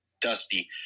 Dusty